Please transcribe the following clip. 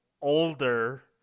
older